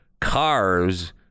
cars